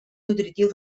nutritiu